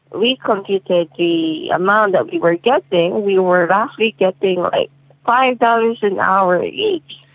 we computed the amount that we were getting, we were actually getting like five dollars an hour each.